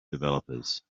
developers